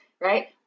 right